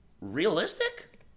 realistic